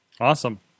Awesome